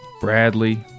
Bradley